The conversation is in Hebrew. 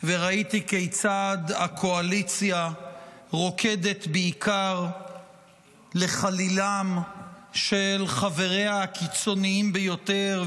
וראיתי כיצד הקואליציה רוקדת בעיקר לחלילם של חבריה הקיצוניים ביותר,